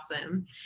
awesome